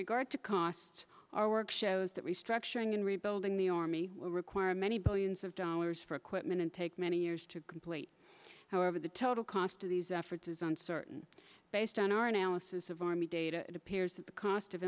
regard to cost our work shows that restructuring and rebuilding the army will require many billions of dollars for equipment and take many years to complete however the total cost of these efforts is uncertain based on our analysis of army data it appears that the cost of